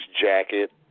jacket